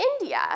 India